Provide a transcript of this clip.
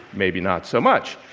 maybe not so much.